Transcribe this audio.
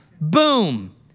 Boom